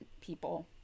people